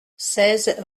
seize